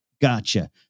Gotcha